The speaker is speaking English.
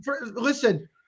Listen